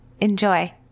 Enjoy